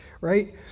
right